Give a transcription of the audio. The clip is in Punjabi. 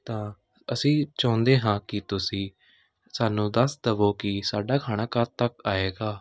ਤਾਂ ਅਸੀਂ ਚਾਹੁੰਦੇ ਹਾਂ ਕਿ ਤੁਸੀਂ ਸਾਨੂੰ ਦੱਸ ਦੇਵੋ ਕਿ ਸਾਡਾ ਖਾਣਾ ਕਦੋਂ ਤੱਕ ਆਏਗਾ